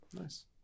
Nice